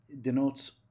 denotes